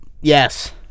Yes